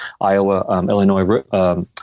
Iowa-Illinois